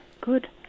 good